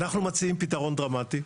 אנחנו מציעים פתרון דרמטי.